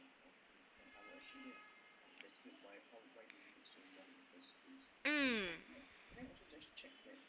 um